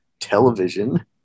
television